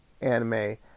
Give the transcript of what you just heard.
anime